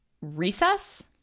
Recess